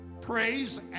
Praise